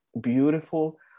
beautiful